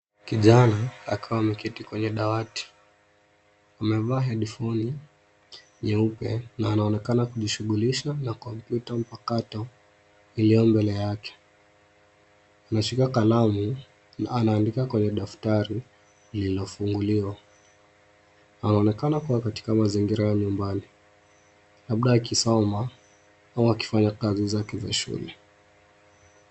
Kijana, akiwa ameketi kwenye dawati. Amevaa headphoni nyeupe, na anaonekana kujishughulisha na kompyuta mpakato, iliyo mbele yake. Ameshika kalamu, na anaandika kwenye daftari, lililofunguliwa. Anaonekana kuwa katika mazingira ya nyumbani. Labda akisoma, ama akifanya kazi zake za shule.